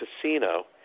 casino